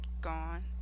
gone